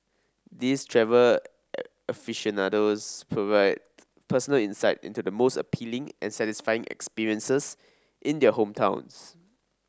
these travel aficionados provide personal insight into the most appealing and satisfying experiences in their hometowns